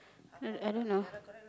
no I don't know